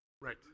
Right